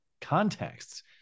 contexts